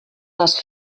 les